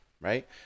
right